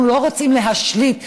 אנחנו לא רוצים להשליט,